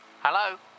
Hello